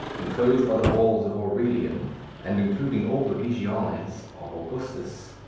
enclosed by the walls of aurelian and including all the regiones of augustus,